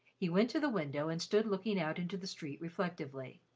he went to the window and stood looking out into the street reflectively.